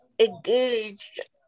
Engaged